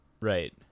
Right